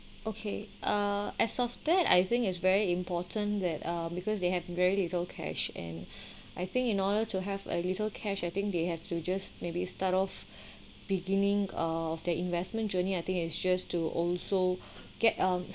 okay uh as of that I think is very important that uh because they have very little cash and I think in order to have a little cash I think they have to just maybe start of beginning of the investment journey I think is just to also get um